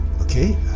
Okay